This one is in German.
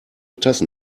tassen